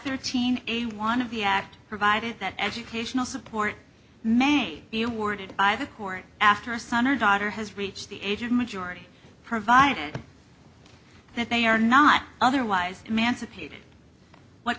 thirteen a wannabe act provided that educational support may be awarded by the court after her son or daughter has reached the age of majority provided that they are not otherwise emancipated what